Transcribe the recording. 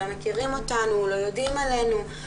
לא מכירים אותנו, לא יודעים עלינו.